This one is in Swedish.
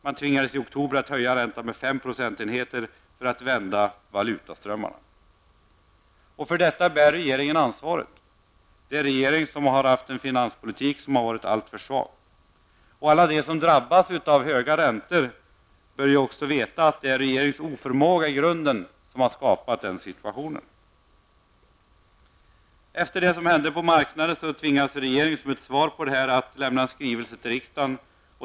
Man tvingades i oktober att höja räntan med fem procentenheter för att vända valutaströmmarna. För detta bär regeringen ansvaret, eftersom regeringens finanspolitik varit alltför svag. Alla de som drabbats av höga räntor bör veta att det är regeringens oförmåga som har skapat denna situation. Efter det som hände på marknaden tvingades regeringen, som ett svar på detta, att lämna en skrivelse till riksdagen.